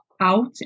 out